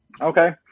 Okay